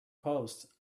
post